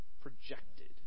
projected